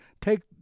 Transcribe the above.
take